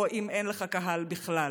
או אם אין לך קהל בכלל.